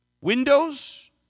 Windows